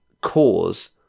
cause